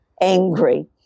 angry